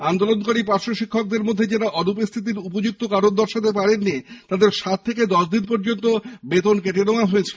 আন্দোলনকারী পার্শ্বশিক্ষকদের মধ্যে যারা অনুপস্থিতির উপযুক্ত কারণ দর্শাতে পারেননি তাদের সাত থেকে দশ দিন পর্যন্ত বেতন কেটে নেওয়া হয়েছে